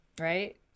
Right